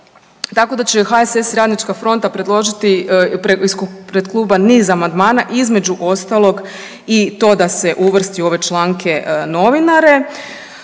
Tako da će HSS i Radnička fronta predložiti ispred kluba niz amandmana između ostalog i to da se uvrsti u ove članke novinare.